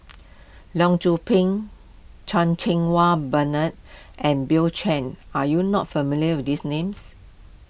Leong Yoon Pin Chan Cheng Wah Bernard and Bill Chen are you not familiar with these names